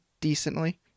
decently